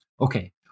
Okay